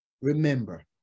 Remember